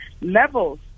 levels